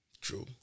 True